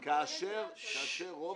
אתה יודע שהוא קיבל את --- כאשר רוב